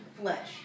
flesh